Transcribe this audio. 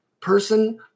person